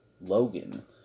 Logan